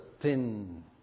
thin